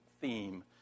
theme